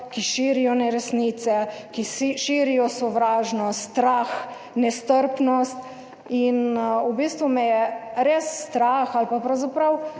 ki širijo neresnice, ki širijo sovražnost, strah, nestrpnost in v bistvu me je res strah ali pa pravzaprav